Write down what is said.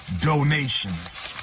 donations